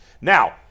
Now